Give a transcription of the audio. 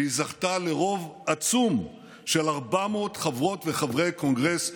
והיא זכתה לרוב עצום של 400 חברות וחברי קונגרס.